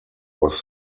was